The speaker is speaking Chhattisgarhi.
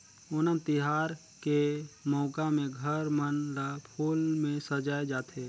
ओनम तिहार के मउका में घर मन ल फूल में सजाए जाथे